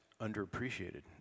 underappreciated